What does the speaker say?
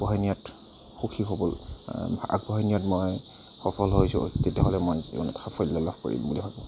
আগবঢ়াই নিয়াত সুখী হ'বলৈ আগবঢ়াই নিয়াত মই সফল হৈছোঁ তেতিয়াহ'লে মই জীৱনত সাফল্য লাভ কৰিম বুলি ভাবোঁ